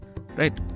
right